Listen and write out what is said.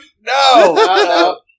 No